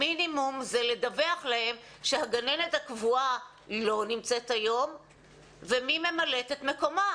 המינימום זה לדווח להם שהגננת הקבועה לא נמצאת היום ומי ממלאת את מקומה.